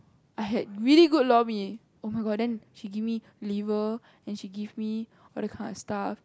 I had really good lor-mee oh-my-god then she give me liver and she give me all that kind of stuff